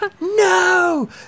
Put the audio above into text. No